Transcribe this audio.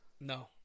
No